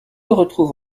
retrouve